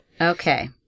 Okay